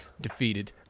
Defeated